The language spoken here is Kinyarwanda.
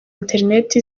internet